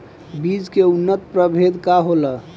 बीज के उन्नत प्रभेद का होला?